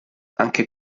anche